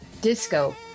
disco